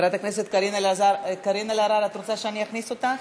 חברת הכנסת קארין אלהרר, את רוצה שאני אכניס אותך?